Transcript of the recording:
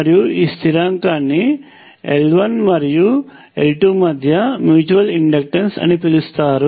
మరియు ఈ స్థిరాంకాన్ని L1 మరియు I2 మధ్య మ్యూచువల్ ఇండక్టెన్స్ అని పిలుస్తారు